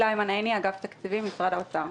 אני מאגף תקציבים במשרד האוצר.